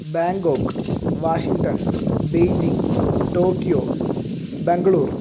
Bangkok Washington Beijing Tokyo Bangalore